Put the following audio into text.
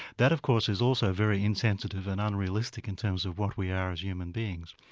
that of course is also very insensitive and unrealistic in terms of what we are as human beings.